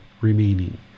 remaining